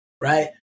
right